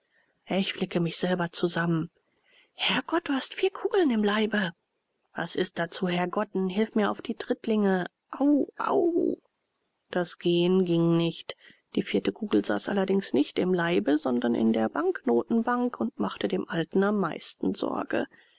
ich flick mich selber zusammen herrgott du hast vier kugeln im leibe was ist da zu herrgotten hilf mir auf die trittlinge au au das gehen ging nicht die vierte kugel saß allerdings nicht im leibe sondern in der banknotenbank und machte dem alten am meisten sorge